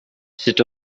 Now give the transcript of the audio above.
c’est